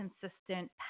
consistent